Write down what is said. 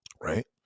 right